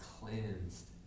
cleansed